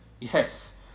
Yes